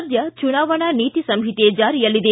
ಸದ್ಯ ಚುನಾವಣೆ ನೀತಿ ಸಂಹಿತೆ ಜಾರಿಯಲ್ಲಿದೆ